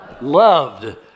loved